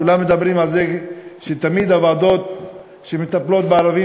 כולם מדברים על זה שתמיד הוועדות שמטפלות בערבים,